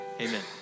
amen